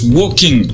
walking